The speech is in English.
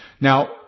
Now